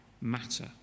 matter